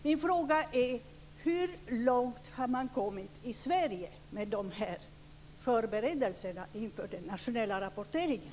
Min fråga är: Hur långt har man kommit i Sverige med förberedelserna inför den nationella rapporteringen?